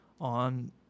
on